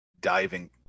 diving